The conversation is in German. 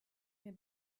mir